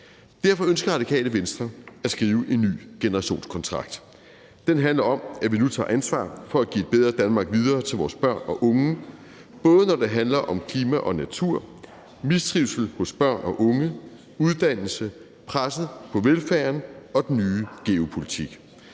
Derfor ønsker Radikale Venstre at skrive en ny generationskontrakt. Den handler om, at vi nu tager ansvar for at give et bedre Danmark videre til vores børn og unge, både når det handler om klima og natur, mistrivsel hos børn og unge, uddannelse, presset på velfærden og den nye geopolitik.